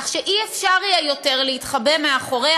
כך שלא יהיה אפשר יותר להתחבא מאחורי